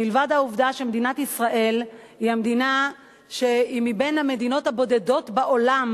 מלבד העובדה שמדינת ישראל היא בין המדינות הבודדות בעולם